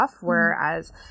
whereas